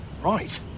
Right